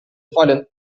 fallen